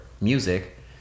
music